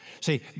See